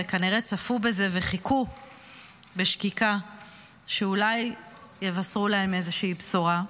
וכנראה צפו בזה וחיכו בשקיקה שאולי יבשרו להם איזושהי בשורה.